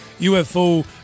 UFO